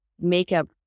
makeup